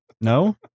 no